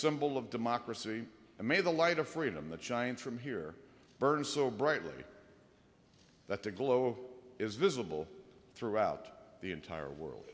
symbol of democracy and may the light of freedom the giants from here burned so brightly that the glow is visible throughout the entire world